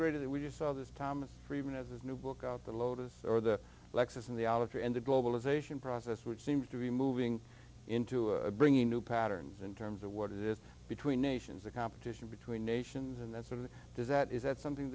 greater that we just saw this thomas friedman has his new book out the lotus or the lexus and the outer and the globalization process which seems to be moving into a bringing new patterns in terms of what is between nations the competition between nations and that sort of does that is that something